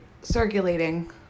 circulating